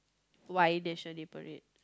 why National Day Parade